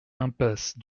impasse